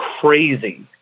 crazy